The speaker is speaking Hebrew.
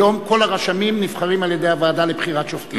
היום כל הרשמים נבחרים על-ידי הוועדה לבחירת שופטים?